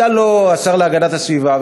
אתה לא השר להגנת הסביבה,